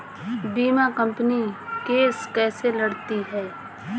बीमा company case कैसे लड़ती है?